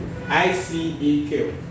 ICEQ